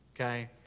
okay